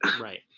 Right